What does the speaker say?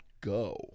go